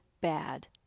bad